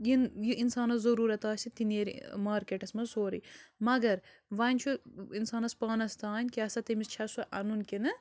یہِ نہٕ یہِ اِنسانس ضوٚرتھ آسہِ تہِ نیرِ مارکیٹس منٛز سورٕے مگر وَنہِ چھُ اِنسانس پانس تانۍ کیٛاہ سَہ تٔمس چھےٚ سۄ اَنُن کہِ نہٕ